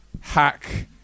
hack